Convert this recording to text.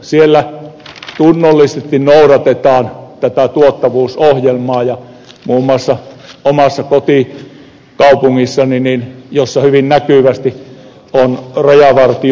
siellä tunnollisesti noudatetaan tuottavuusohjelmaa muun muassa omassa kotikaupungissani jossa hyvin näkyvästi on rajavartiolaitos toiminut